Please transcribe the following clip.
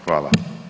Hvala.